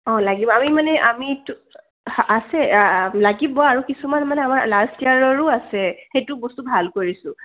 অঁ লাগিব আমি মানে আমিতো আছে লাগিব আৰু কিছুমান মানে আমাৰ লাষ্ট ইয়েৰৰো আছে সেইটো বস্তু ভাল কৰিছোঁ